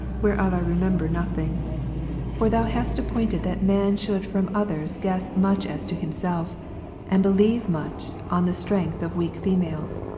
whereof i remember nothing for thou hast ajopointed that man should from others guess much as to himself and believe much on the strength of weak females.